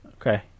okay